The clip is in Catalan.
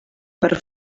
per